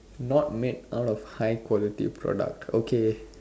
not made out of high quality product okay